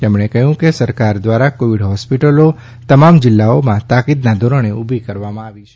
તેમણે કહ્યું કે સરકાર દ્વારા કોવિડ હોસ્પિટલો તમામ જિલ્લાઓમાં તાકીદના ધોરણે ઊભી કરવામાં આવી છે